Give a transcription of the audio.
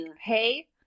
hey